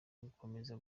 ugukomeza